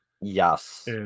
yes